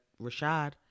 Rashad